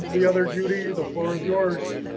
the other judy, the floor is yours.